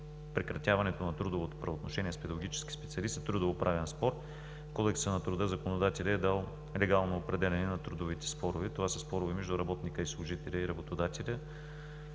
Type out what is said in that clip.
Прекратяването на трудовото правоотношение с педагогическия специалист е трудовоправен спор. В Кодекса на труда законодателят е дал легално определяне на трудовите спорове – това са спорове между работника или служителя и работодателя